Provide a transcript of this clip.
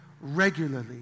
regularly